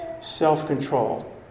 self-control